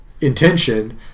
intention